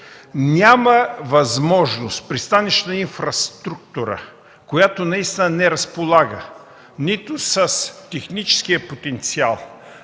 Няма възможност „Пристанищна инфраструктура”, която не разполага нито с техническия потенциал,